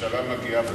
שהממשלה מגיעה בזמן.